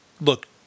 look